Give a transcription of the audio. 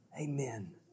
Amen